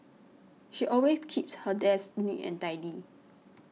she always keeps her desk neat and tidy